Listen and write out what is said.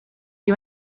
you